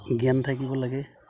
জ্ঞান থাকিব লাগে